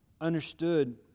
understood